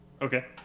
Okay